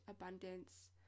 abundance